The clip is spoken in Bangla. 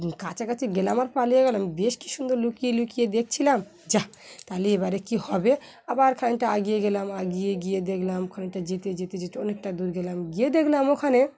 কাছাকাছি গেলাম আর পালিয়ে গেলাম বেশ কি সুন্দর লুকিয়ে লুকিয়ে দেখছিলাম যা তাহলে এবারে কী হবে আবারখানিকটা আগিয়ে গেলাম আগিয়ে গিয়ে দেখলাম ওখানিকটা যেতে যেতে যেতে অনেকটা দূর গেলাম গিয়ে দেখলাম ওখানে